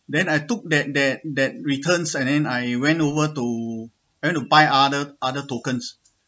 then I took that that that returns and then I went over to I went to buy other other tokens